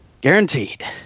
Guaranteed